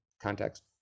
context